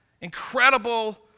incredible